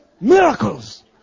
miracles